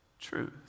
truth